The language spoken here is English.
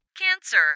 Cancer